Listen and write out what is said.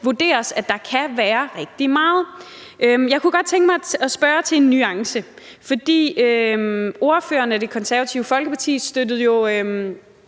vurderes, at der kan være rigtig meget. Jeg kunne godt tænke mig at spørge til en nuance. For ordføreren og Det Konservative Folkeparti støttede jo